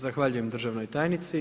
Zahvaljujem državnoj tajnici.